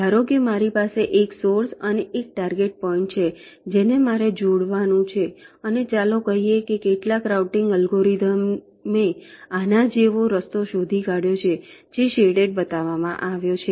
ધારો કે મારી પાસે એક સોર્સ અને એક ટાર્ગેટ પોઈન્ટ છે જેને મારે જોડવાનું છે અને ચાલો કહીએ કે કેટલાક રાઉટીંગ અલ્ગોરિધમે આના જેવો રસ્તો શોધી કાઢ્યો છે જે શેડેડ બતાવવામાં આવ્યો છે